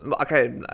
Okay